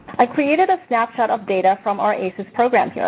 i created a snapshot of data from our aces program bureau.